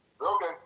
Okay